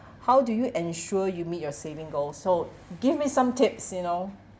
how do you ensure you meet your saving goals so give me some tips you know